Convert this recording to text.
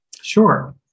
Sure